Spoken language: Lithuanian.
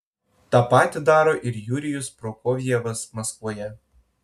tą patį daro ir jurijus prokofjevas maskvoje